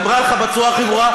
היא אמרה לך בצורה הכי ברורה,